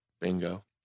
Bingo